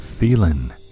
Feeling